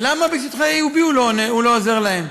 למה בשטחי A ו-B הוא לא עוזר להם?